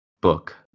book